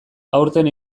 aurten